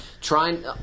Trying